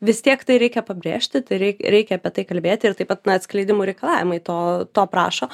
vis tiek tai reikia pabrėžti tai rei reikia apie tai kalbėti ir taip pat na atskleidimų reikalavimai to to prašo